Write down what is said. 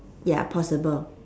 ya possible